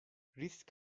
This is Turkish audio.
risk